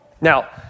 Now